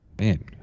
Man